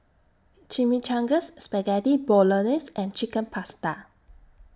Chimichangas Spaghetti Bolognese and Chicken Pasta